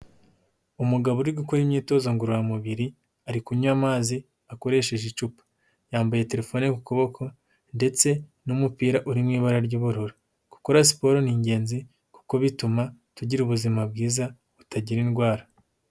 Umugabo uri gukora imyitozo ngororamubiri, ari kunywa amazi akoresheje icupa, yambaye terefone ku kuboko ndetse n'umupira uri mu ibara ry'ubururu, gukora siporo ni ingenzi kuko bituma tugira ubuzima bwiza, butagira indwara.